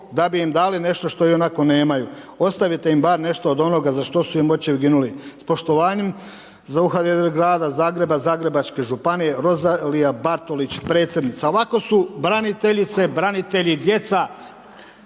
da bi im dali nešto što ionako nemaju, ostavite m bar nešto od onoga za što su im očevi ginuli. S poštovanjem, …/Govornik se ne razumije./… grada Zagreba, Zagrebačke županije, Rozalija Bartolić, predsjednica. Ovako su braniteljice, branitelji, djeca,